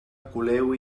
coleu